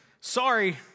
Sorry